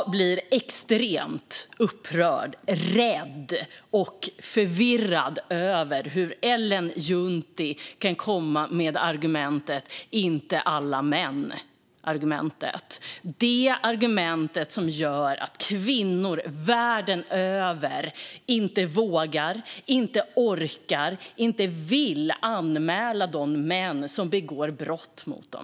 Fru talman! Jag blir extremt upprörd, rädd och förvirrad över hur Ellen Juntti kan komma med argumentet: Inte alla män. Det är argumentet som gör att kvinnor världen över inte vågar, inte orkar och inte vill anmäla de män som begår brott mot dem.